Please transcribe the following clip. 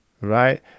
Right